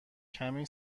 کمی